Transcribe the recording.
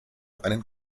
einen